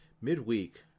midweek